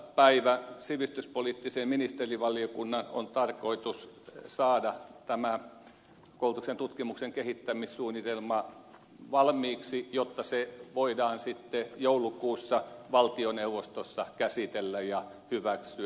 päivä sivistyspoliittisen ministerivaliokunnan on tarkoitus saada tämä koulutuksen ja tutkimuksen kehittämissuunnitelma valmiiksi jotta se voidaan sitten joulukuussa valtioneuvostossa käsitellä ja hyväksyä